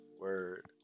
Word